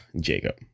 jacob